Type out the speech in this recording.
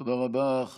תודה רבה.